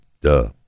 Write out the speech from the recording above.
duh